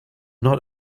not